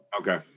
okay